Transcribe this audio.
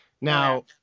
Now